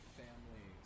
family